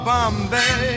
Bombay